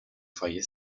foglie